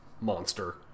monster